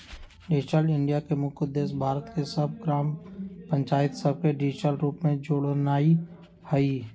digital India के मुख्य उद्देश्य भारत के सभ ग्राम पञ्चाइत सभके डिजिटल रूप से जोड़नाइ हइ